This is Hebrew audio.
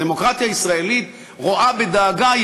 הדמוקרטיה הישראלית רואה בדאגה את